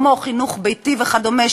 כמו חינוך ביתי וכדומה,